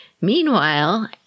Meanwhile